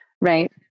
right